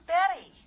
Betty